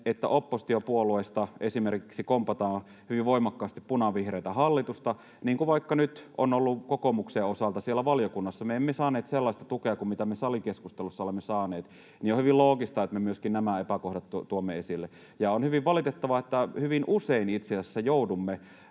että oppositiopuolueista esimerkiksi kompataan hyvin voimakkaasti punavihreätä hallitusta, niin kuin vaikka nyt on ollut kokoomuksen osalta siellä valiokunnassa — me emme saaneet sellaista tukea kuin mitä me salikeskustelussa olemme saaneet — niin on hyvin loogista, että me myöskin nämä epäkohdat tuomme esille. Ja on hyvin valitettavaa, että hyvin usein itse asiassa joudumme